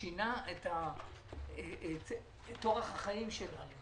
זה שינה את אורח החיים שלה.